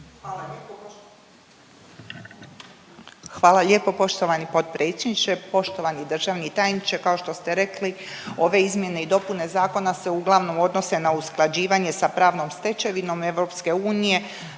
Hvala lijepo poštovani potpredsjedniče. Poštovani državni tajniče, kao što ste rekli ove izmjene i dopune zakona se uglavnom odnose na usklađivanje sa pravnom stečevinom EU,